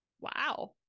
Wow